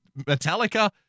Metallica